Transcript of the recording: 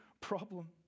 problem